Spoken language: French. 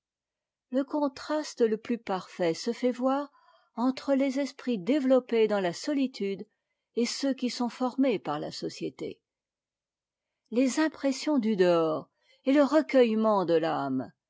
le contraste le plus parfait se fait voir entre les esprits développés dans la solitude et ceux qui sont formés par la société les impressions du dehors et le recueillement de l'âme